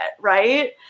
Right